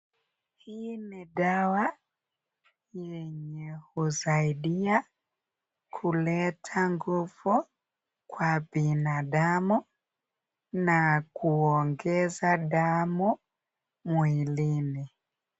Hii ni dawa yenye husaidi kuleta nguvu kwa binadamu na kuongeza damu mwilini.